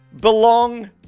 belong